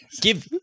Give